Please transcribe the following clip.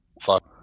fuck